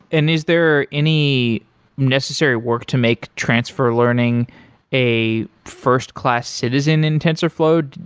and is there any necessary work to make transfer learning a first class citizen in tensorflow?